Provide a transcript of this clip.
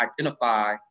identify